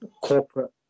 corporate